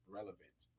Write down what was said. relevant